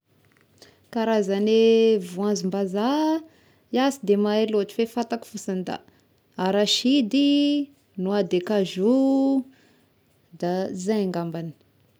Karazagne voanzombazaha iaho sy de mahay loatry fe fantako fotsigny da arasidy, noix de cajoux, da zay angambagny.